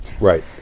Right